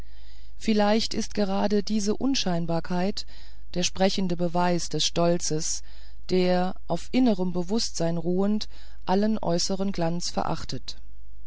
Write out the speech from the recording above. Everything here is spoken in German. vielleicht ist gerade diese unscheinbarkeit der sprechende beweis des stolzes der auf innerem bewußtsein ruhend allen äußeren glanz verachtet